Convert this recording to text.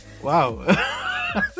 Wow